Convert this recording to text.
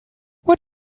what